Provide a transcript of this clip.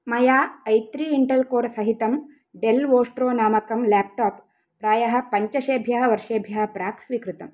मया i three Intel code सहितं Dell Vostro नामकं लेप्टाप् प्रायः पञ्चशेभ्यः वर्षेभ्यः प्राक् स्वीकृतं